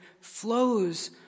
flows